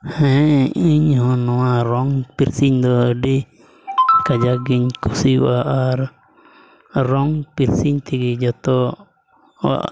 ᱦᱮᱸ ᱤᱧᱦᱚᱸ ᱱᱚᱣᱟ ᱨᱚᱝ ᱯᱮᱱᱥᱤᱞ ᱫᱚ ᱟᱹᱰᱤ ᱟᱹᱰᱤ ᱠᱟᱡᱟᱠ ᱜᱤᱧ ᱠᱩᱥᱤᱭᱟᱜᱼᱟ ᱟᱨ ᱨᱚᱝ ᱯᱮᱱᱥᱤᱞ ᱛᱮᱜᱮ ᱡᱚᱛᱚ ᱟᱜ